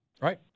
Right